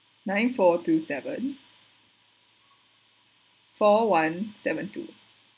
nine four two seven four one seven two